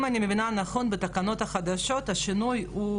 אם אני מבינה נכון בתקנות החדשות השינוי הוא